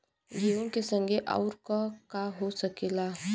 गेहूँ के संगे अउर का का हो सकेला?